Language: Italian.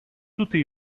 tutti